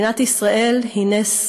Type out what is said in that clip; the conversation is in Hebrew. מדינת ישראל היא נס